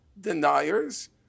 deniers